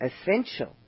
essential